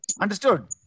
Understood